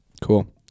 cool